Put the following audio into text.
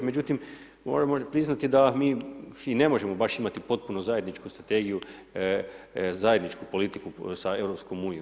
Međutim, moramo priznati da mi i ne možemo baš potpuno zajedničku strategiju, zajedničku politiku sa EU.